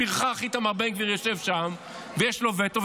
הפרחח איתמר בן גביר יושב שם ויש לו וטו,